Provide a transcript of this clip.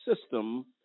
system